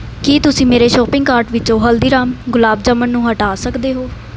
ਕੀ ਤੁਸੀਂ ਮੇਰੇ shopping cart ਵਿੱਚੋਂ ਹਲਦੀਰਾਮਸ ਗੁਲਾਬ ਜਾਮੁਨ ਨੂੰ ਹਟਾ ਸਕਦੇ ਹੋ